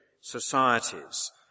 societies